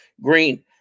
Green